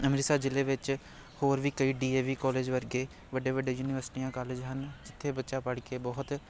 ਅਮ੍ਰਿਤਸਰ ਜਿਲ੍ਹੇ ਵਿੱਚ ਹੋਰ ਵੀ ਕਈ ਡੀ ਏ ਵੀ ਕੋਲਜ ਵਰਗੇ ਵੱਡੇ ਵੱਡੇ ਯੂਨੀਵਰਸਿਟੀਆਂ ਕੋਲਜ ਹਨ ਜਿੱਥੇ ਬੱਚਾ ਪੜ੍ਹ ਕੇ ਬਹੁਤ